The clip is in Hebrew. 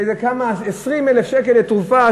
איזה 20,000 שקל לתרופה,